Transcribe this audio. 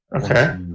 Okay